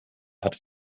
hat